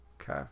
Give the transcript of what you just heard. Okay